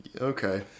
Okay